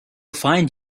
find